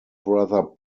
brother